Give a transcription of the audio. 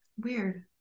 weird